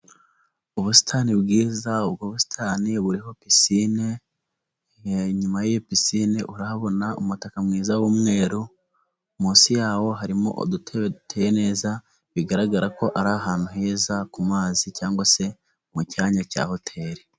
Ubusitani bwiza ubwo busitani buriho pisine nyuma y'iyo pisine urabona umutaka mwiza w'umweru, munsi yawo harimo udutebe duteye neza bigaragara ko ari ahantu heza ku mazi cyangwa se mu cyanya cya hoteli.